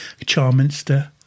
Charminster